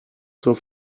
zur